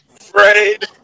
afraid